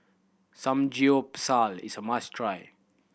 samgeyopsal is a must try